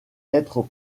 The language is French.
être